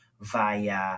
via